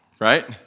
right